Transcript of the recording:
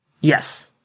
Yes